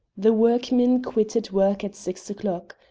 the workmen quitted work at six o'clock.